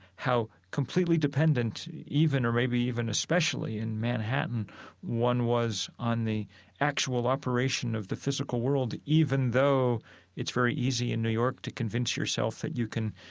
how completely dependent even or maybe even especially in manhattan one was on the actual operation of the physical world even though it's very easy in new york to convince yourself that you can,